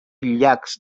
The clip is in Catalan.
llacs